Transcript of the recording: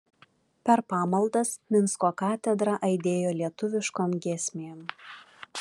per pamaldas minsko katedra aidėjo lietuviškom giesmėm